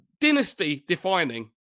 dynasty-defining